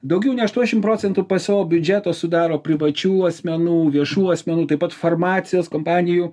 daugiau nei aštuoniasdešimt procentų savo biudžeto sudaro privačių asmenų viešų asmenų taip pat farmacijos kompanijų